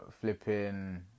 flipping